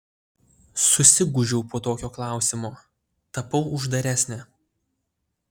susigūžiau po tokio klausimo tapau uždaresnė